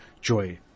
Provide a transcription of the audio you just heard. joy